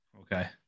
Okay